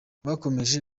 bakomeje